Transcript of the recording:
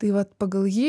tai vat pagal jį